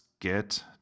get